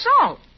salt